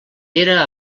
era